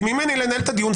תמנעי ממני לנהל את הדיון.